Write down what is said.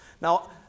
Now